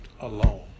alone